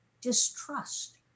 distrust